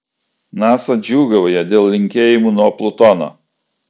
nasa džiūgauja dėl linkėjimų nuo plutono